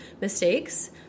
mistakes